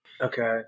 Okay